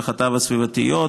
השלכותיו הסביבתיות.